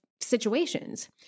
situations